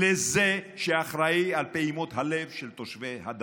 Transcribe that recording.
לזה שאחראי לפעימות הלב של תושבי הדרום.